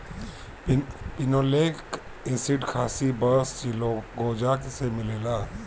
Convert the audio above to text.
pinolenic acid खासी बस चिलगोजा से मिलेला